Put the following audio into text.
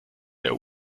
der